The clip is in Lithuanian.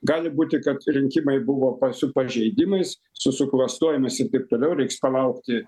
gali būti kad rinkimai buvo pa su pažeidimais su suklastojimais ir taip toliau reiks palaukti